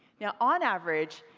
now, on average,